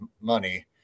money